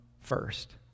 first